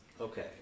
okay